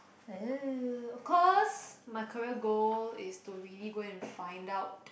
oh of course my career goal is to really go and find out